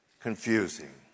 confusing